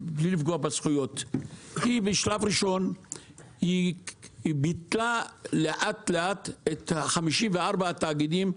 בשלב ראשון היא ביטלה את 54 התאגידים,